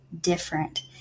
different